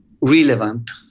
relevant